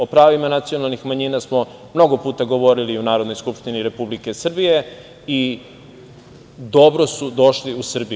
O pravima nacionalnih manjina smo mnogo puta govorili u Narodnoj skupštini Republike Srbije i dobro su došli u Srbiji.